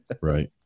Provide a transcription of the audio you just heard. Right